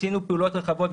עשינו פעולות רחבות,